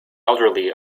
elderly